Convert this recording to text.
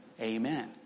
Amen